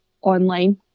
online